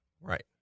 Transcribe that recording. Right